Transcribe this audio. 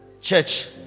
church